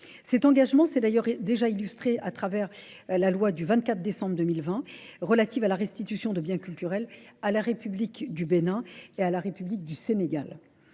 Cet engagement s'est d'ailleurs déjà illustré à travers la loi du 24 décembre 2020, relative à la restitution de biens culturels à la République du Bénin et à la République du Sénégal.